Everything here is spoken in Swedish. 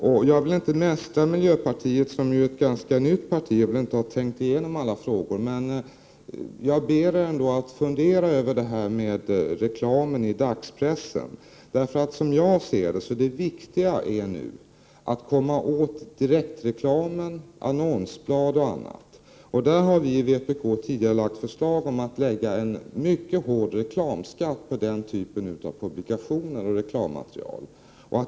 Nu vill jag inte mästra miljöpartiet, som ju är ett ganska nytt parti och väl inte har tänkt igenom alla frågor. Men jag ber er ändå att fundera över det här med reklamen i dagspressen. Som jag ser det är nu det viktiga att komma åt direktreklamen, annonsblad och annat. Vi i vpk har tidigare lagt fram förslag om att lägga en mycket hård reklamskatt på den typen av publikationer och reklammaterial.